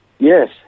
Yes